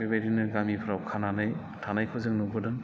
बेबायदिनो गामिफ्राव खानानै थानायखौ जों नुबोदों